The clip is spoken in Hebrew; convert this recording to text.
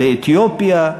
באתיופיה,